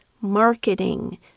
marketing